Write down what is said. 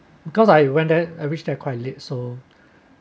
because I went there I reach there quite late so